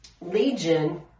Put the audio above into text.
legion